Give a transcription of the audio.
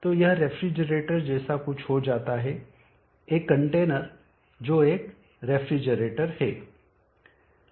तो यह रेफ्रिजरेटर जैसा कुछ हो जाता है एक कंटेनर जो एक रेफ्रिजरेटर है